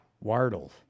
Wardle